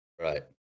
Right